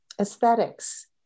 aesthetics